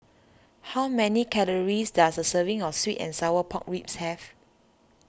how many calories does a serving of Sweet and Sour Pork Ribs have